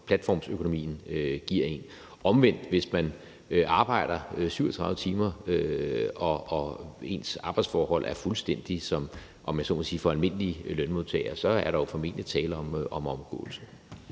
platformsøkonomien giver en. Omvendt gælder det, at hvis man arbejder 37 timer og ens arbejdsforhold er fuldstændig som, om jeg så må sige, for almindelige lønmodtagere, så er der jo formentlig tale om omgåelse.